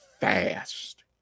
fast